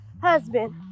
husband